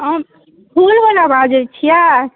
अहाँ फूलवला बाजै छिए